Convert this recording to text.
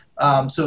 so-